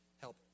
help